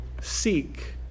seek